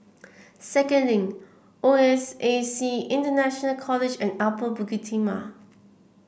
Second Link O S A C International College and Upper Bukit Timah